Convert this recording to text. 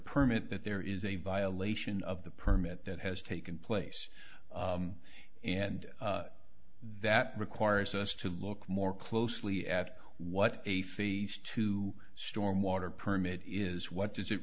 permit that there is a violation of the permit that has taken place and that requires us to look more closely at what a phase two stormwater permit is what does it